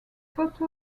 photo